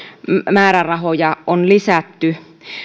määrärahoja on lisätty